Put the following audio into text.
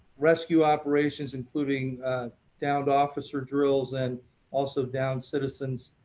rescue operations including downed officer drills and also downed citizens,